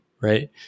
right